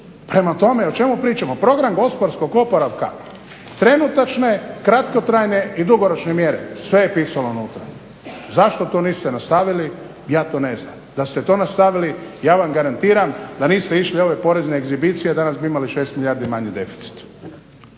Prema tome, o čemu pričamo? Program gospodarskog oporavka trenutačno je kratkotrajne i dugoročne mjere. Sve je pisalo unutra, zašto to niste nastavili? Ja to ne znam, da ste to nastavili ja vam garantiram da niste išli u ove porezne egzibicije danas bi imali 6 milijardi manji deficit.